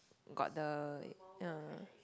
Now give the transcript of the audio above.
got the ya